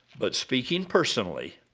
but, speaking personally,